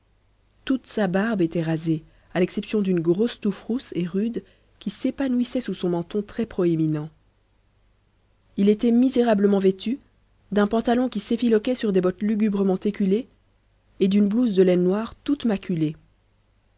toute sa barbe était rasée à l'exception d'une grosse touffe rousse et rude qui s'épanouissait sous son menton très proéminent il était misérablement vêtu d'un pantalon qui s'effiloquait sur des bottes lugubrement éculées et d'une blouse de laine noire toute maculée